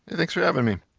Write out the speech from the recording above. thanks for having me.